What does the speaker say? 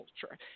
culture